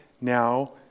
now